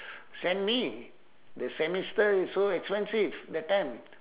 send me the semester so expensive that time